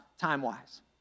time-wise